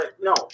no